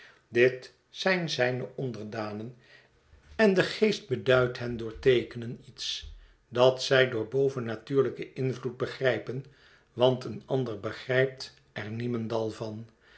dit zijn zijne onderdanen en de geest beduidt hen door teekenen iets dat zij door bovennatuurlijken invbed begrijpen want een ander begrijpt er niemendal van